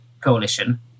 coalition